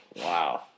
Wow